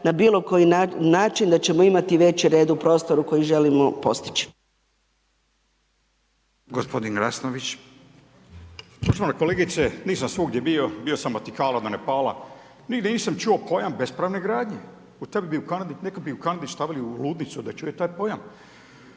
na bilo koji način da ćemo imati veći red u prostoru koji želimo postići.